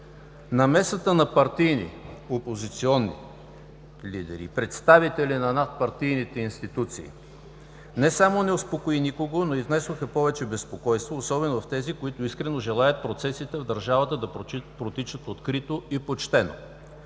Намесата на партийни, опозиционни лидери, представители на надпартийните институции не само не успокои никого, но и внесоха повече безпокойство, особено в тези, които искрено желаят процесите в държавата да протичат открито и почтено.